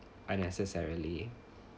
unnecessarily